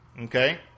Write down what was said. okay